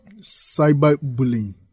cyberbullying